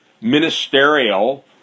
ministerial